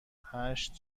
هشت